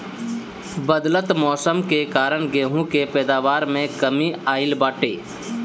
बदलत मौसम के कारण गेंहू के पैदावार में कमी आइल बाटे